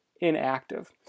inactive